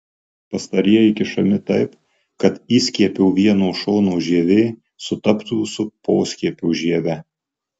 pastarieji kišami taip kad įskiepio vieno šono žievė sutaptų su poskiepio žieve